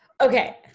okay